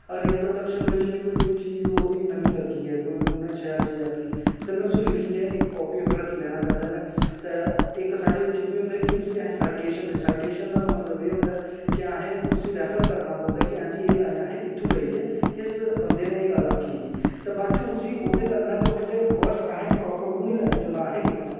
होर इंट्रोडक्शन बिच्च मीं कोई चीज नमीं लग्गी ऐ कोई उन्नै शैल चीज आक्खी ऐ तां में उसी लिखियै इक कापी उप्पर रक्खी लैना पैहलें ते इक साढ़े बिच्च एह् बी होंदा कि उसी असें साईटेशन साईटेशन दा मतलब एह् होंदा ऐ कि असें उसी रैफर करना पौंदा कि हां असें एह् लाईन इत्थूं लेई ऐ इस बंदे ने एह् गल्ल आक्खी ही ते बाद च उसी ओह्दे कन्नै गै ओह्दे असें प्रापर उऐ जेह् लैने जिसलै असें लिखना ऐ